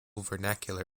vernacular